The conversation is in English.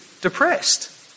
depressed